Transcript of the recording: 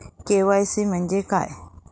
KYC म्हणजे काय?